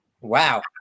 Wow